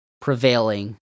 prevailing